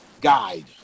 guide